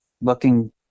looking